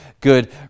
good